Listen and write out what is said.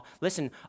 listen